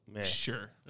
sure